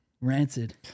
rancid